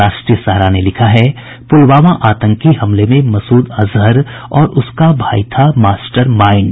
राष्ट्रीय सहारा ने लिखा है पुलवामा आतंकी हमले में मसूद अजहर और उसका भाई था मास्टरमाइंड